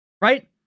right